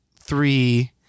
three